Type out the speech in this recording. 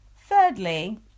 Thirdly